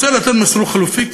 לתת מסלול חלופי,